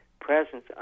presence